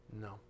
No